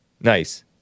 Nice